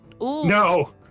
No